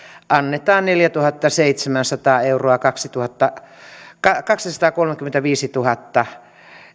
annetaan neljätuhattaseitsemänsataa euroa kaksisataakolmekymmentäviisituhatta